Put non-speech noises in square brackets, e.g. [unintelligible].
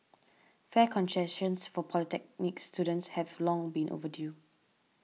fare [unintelligible] for polytechnic students have long been overdue